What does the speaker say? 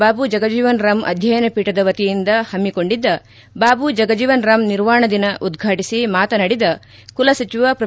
ಬಾಬು ಜಗಜೀವನರಾಂ ಅಧ್ಯಯನ ಪೀಠದ ವತಿಯಿಂದ ಹಮ್ಮಿಕೊಂಡಿದ್ದ ಬಾಬುಜಗಜೀವನರಾಮ್ ನಿರ್ವಾಣ ದಿನ ಉದ್ಘಾಟಿಸಿ ಮಾತನಾಡಿದ ಕುಲಸಚಿವ ಹ್ರೊ